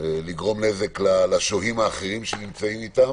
לגרום נזק לשוהים האחרים שנמצאים איתם.